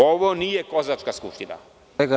Ovo nije kozačka skupština.